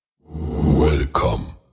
Welcome